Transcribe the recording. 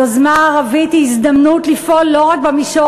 היוזמה הערבית היא הזדמנות לפעול לא רק במישור